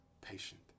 patient